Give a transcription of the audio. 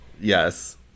Yes